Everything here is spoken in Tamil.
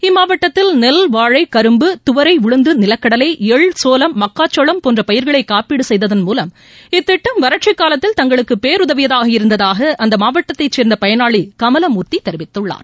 இம்மாவட்டத்தில் நெல் வாழை கரும்பு துவரை உளுந்து நிலக்கடலை எள் சோளம் மக்காச்சோளம் போன்ற பயிர்களை காப்பீடு செய்ததன் மூலம் இத்திட்டம் வறட்சிக்காலத்தில் தங்களுக்கு பேருதவியாக இருந்ததாக அந்த மாவட்டத்தை சேர்ந்த பயனாளி கமலமுர்த்தி தெரிவித்துள்ளார்